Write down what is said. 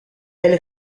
elle